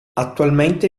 attualmente